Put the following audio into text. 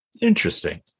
interesting